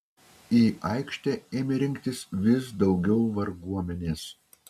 į aikštę ėmė rinktis vis daugiau varguomenės